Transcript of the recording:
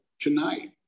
tonight